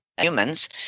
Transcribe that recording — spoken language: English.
humans